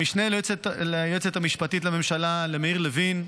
למשנה ליועצת המשפטית לממשלה מאיר לוין,